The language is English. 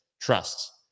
trusts